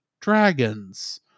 dragons